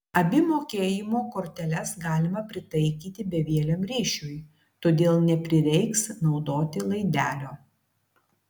abi mokėjimo korteles galima pritaikyti bevieliam ryšiui todėl neprireiks naudoti laidelio